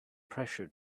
pressure